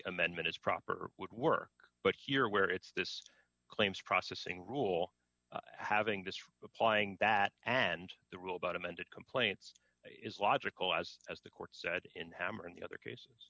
amendment is proper would work but here where it's this claims processing rule having just applying that and the rule about amended complaints is logical as as the court said in hammering the other cases